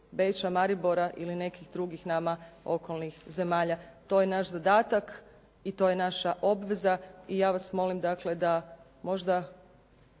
Beča, Maribora ili nekih drugih nama okolnih zemalja. To je naš zadatak i to je naša obveza i ja vas molim dakle da možda